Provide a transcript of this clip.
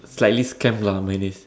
slightly scam lah minus